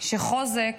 שחוזק